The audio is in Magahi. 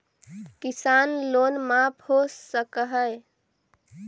किसान लोन माफ हो सक है?